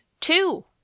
Two